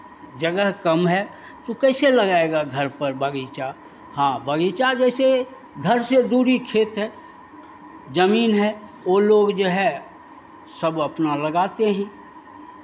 जगह कम है तो कैसे लगाएगा घर पर बगीचा हाँ बगीचा जैसे घर से दूरी खेत है जमीन है वो लोग जो है सब अपना लगाते हैं